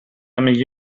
میگی